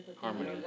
harmony